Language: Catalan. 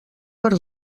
per